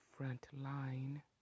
Frontline